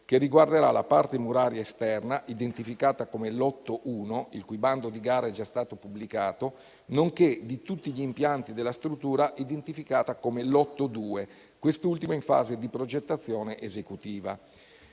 che riguarderà la parte muraria esterna identificata come lotto 1, il cui bando di gara è già stato pubblicato, nonché di tutti gli impianti della struttura identificata come lotto 2, quest'ultimo in fase di progettazione esecutiva.